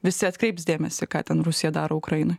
visi atkreips dėmesį ką ten rusija daro ukrainoj